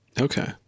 Okay